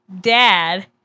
dad